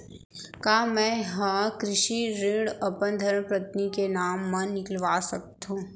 का मैं ह कृषि ऋण अपन धर्मपत्नी के नाम मा निकलवा सकथो?